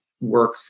work